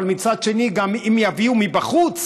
אבל מצד שני אם יביאו מבחוץ